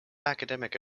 academic